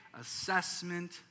assessment